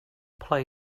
play